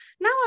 Now